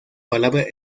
palabra